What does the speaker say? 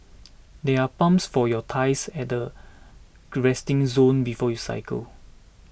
there are pumps for your tyres at the resting zone before you cycle